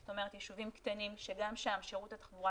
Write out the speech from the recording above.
זאת אומרת ישובים קטנים שגם שם שירות התחבורה